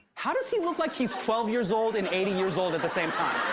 how does he look like he's twelve years old and eighty years old at the same time?